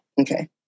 okay